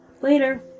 later